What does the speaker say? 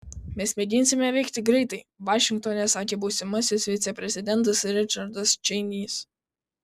mes mėginsime veikti greitai vašingtone sakė būsimasis viceprezidentas ričardas čeinis